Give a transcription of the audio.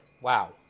Wow